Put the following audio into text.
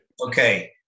okay